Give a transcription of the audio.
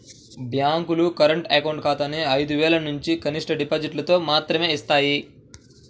బ్యేంకులు current account ఖాతాని ఐదు వేలనుంచి కనిష్ట డిపాజిటుతో మాత్రమే యిస్తాయి